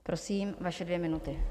Prosím, vaše dvě minuty.